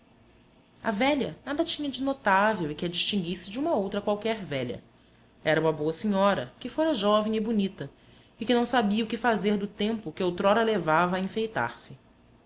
a velha nada tinha de notável e que a distinguisse de uma outra qualquer velha era uma boa senhora que fora jovem e bonita e que não sabia o que fazer do tempo que outrora levava